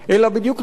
אלא בדיוק להיפך